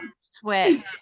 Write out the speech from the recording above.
sweat